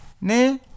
ne